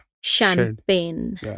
Champagne